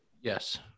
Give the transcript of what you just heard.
Yes